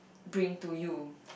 bring to you